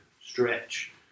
stretch